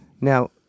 Now